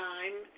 Time